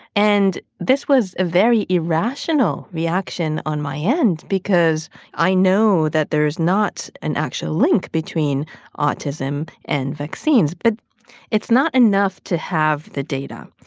and this was a very irrational reaction on my end because i know that there is not an actual link between autism and vaccines. but it's not enough to have the data.